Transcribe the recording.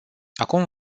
acum